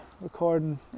recording